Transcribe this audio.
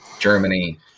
Germany